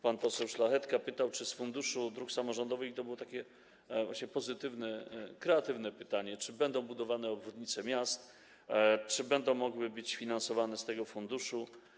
Pan poseł Szlachetka pytał, czy z Funduszu Dróg Samorządowych - to było pozytywne, kreatywne pytanie - będą budowane obwodnice miast, czy będą mogły być finansowane z tego funduszu.